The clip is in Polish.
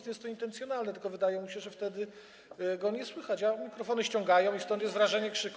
Nie jest to intencjonalne, tylko wydaje mu się, że wtedy go nie słychać, a mikrofony ściągają i stąd jest wrażenie krzyku.